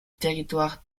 territoire